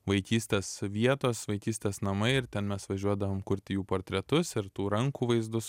vaikystės vietos vaikystės namai ir ten mes važiuodavom kurti jų portretus ir tų rankų vaizdus